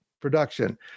production